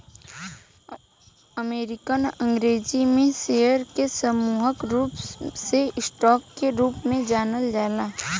American अंग्रेजी में share के सामूहिक रूप से स्टॉक के रूप में जानल जाला